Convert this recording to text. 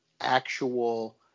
actual